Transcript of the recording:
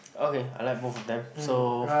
okay I like both of them so